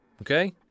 Okay